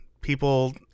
people